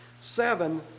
seven